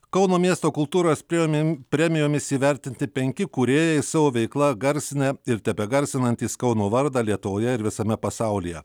kauno miesto kultūros prejomi premijomis įvertinti penki kūrėjai savo veikla garsinę ir tebegarsinantys kauno vardą lietuvoje ir visame pasaulyje